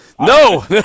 No